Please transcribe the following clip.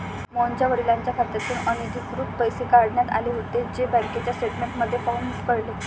मोहनच्या वडिलांच्या खात्यातून अनधिकृतपणे पैसे काढण्यात आले होते, जे बँकेचे स्टेटमेंट पाहून कळले